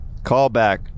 Callback